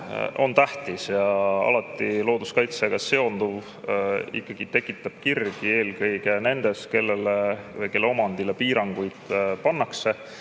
on tähtis ja alati looduskaitsega seonduv tekitab kirgi, eelkõige nendes, kelle omandile piiranguid pannakse.